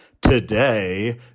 today